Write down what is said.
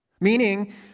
Meaning